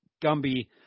gumby